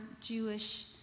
Jewish